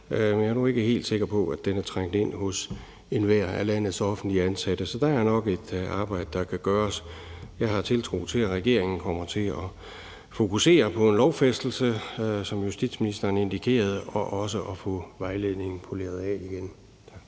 jeg er nu ikke helt sikker på, at den er trængt ind hos enhver af landets offentligt ansatte. Så der er nok et arbejde, der kan gøres. Jeg har tiltro til, at regeringen kommer til at fokusere på en lovfæstelse, som justitsministeren indikerede, og også at få vejledningen poleret af igen. Kl.